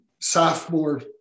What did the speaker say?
sophomore